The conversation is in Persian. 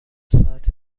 ساعت